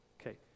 Okay